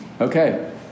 Okay